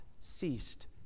ceased